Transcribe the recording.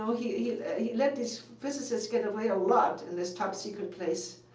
he he let his physicists get away a lot in this top-secret place.